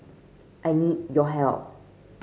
I need your help